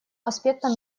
аспектом